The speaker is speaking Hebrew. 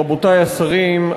רבותי השרים,